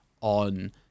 on